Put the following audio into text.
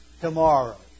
Tomorrow